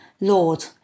Lord